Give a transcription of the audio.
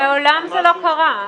מעולם זה לא קרה.